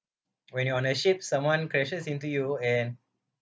when you on a ship someone crashes into you and